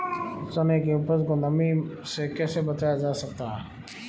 चने की उपज को नमी से कैसे बचाया जा सकता है?